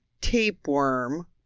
tapeworm